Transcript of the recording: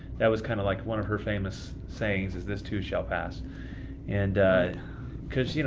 that was kind of like one of her famous sayings was this too shall pass and because, you know,